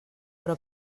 però